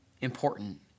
important